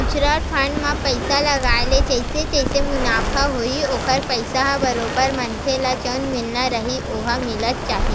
mutual fund म पइसा लगाय ले जइसे जइसे मुनाफ होही ओखर पइसा ह बरोबर मनखे ल जउन मिलना रइही ओहा मिलत जाही